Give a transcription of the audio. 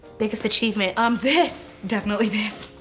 biggest achievement? um, this! definitely this.